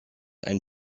ein